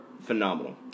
phenomenal